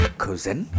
cousin